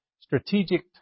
strategic